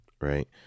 right